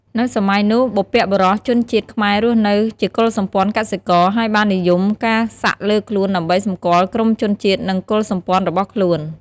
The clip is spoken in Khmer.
នៅសម័យនោះ បុព្វបុរសជនជាតិខ្មែររស់នៅជាកុលសម្ព័ន្ធកសិករ ហើយបាននិយមការសាក់លើខ្លួនដើម្បីសម្គាល់ក្រុមជនជាតិ និងកុលសម្ព័ន្ធរបស់ខ្លួន។